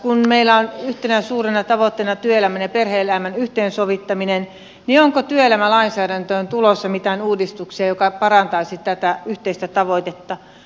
kun meillä on yhtenä suurena tavoitteena työelämän ja perhe elämän yhteensovittaminen niin onko työelämälainsäädäntöön tulossa mitään uudistuksia jotka parantaisivat tätä yhteistä tavoitetta